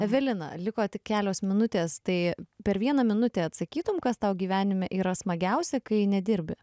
evelina liko tik kelios minutės tai per vieną minutę atsakytum kas tau gyvenime yra smagiausia kai nedirbi